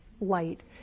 light